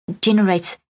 generates